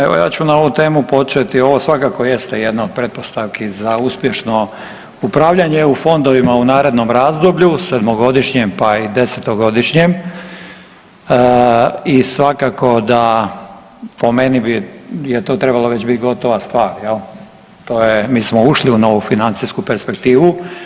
Evo ja ću na ovu temu početi, ovo svakako jeste jedno od pretpostavki za uspješno upravljanje eu fondovima u narednom razdoblju 7-godišnjem, pa i 10-godišnjem i svakako da po meni je to trebala već bit gotova stvar jel, mi smo ušli u novu financijsku perspektivu.